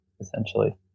essentially